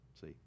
See